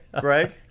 Greg